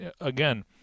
again